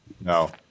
No